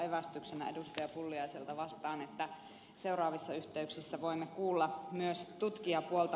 pulliaiselta vastaan että seuraavissa yhteyksissä voimme kuulla myös tutkijapuolta